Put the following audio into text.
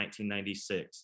1996